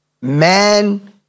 Man